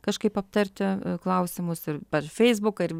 kažkaip aptarti klausimus ir per feisbuką